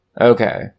Okay